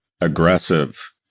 aggressive